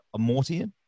Amortian